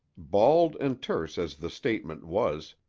bald and terse as the statement was,